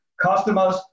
customers